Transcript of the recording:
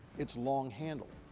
it's long-handled.